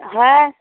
है